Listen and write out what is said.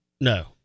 no